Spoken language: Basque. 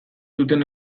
zuten